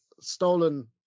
stolen